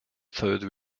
third